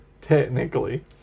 technically